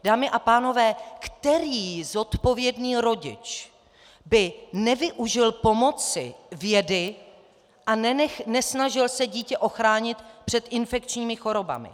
Dámy a pánové, který zodpovědný rodič by nevyužil pomoci vědy a nesnažil se dítě ochránit před infekčními chorobami?